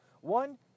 One